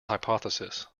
hypothesis